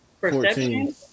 Perception